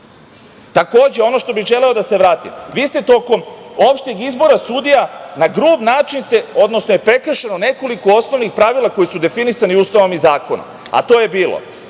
ono što bih želeo da se vratim, vi ste tokom opšteg izbora sudija na grub način ste, odnosno prekršeno je nekoliko osnovnih pravila koji su definisani Ustavom i zakonom, a to je bilo